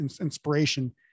inspiration